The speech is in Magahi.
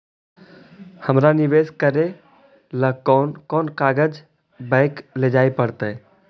हमरा निवेश करे ल कोन कोन कागज बैक लेजाइ पड़तै?